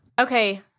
Okay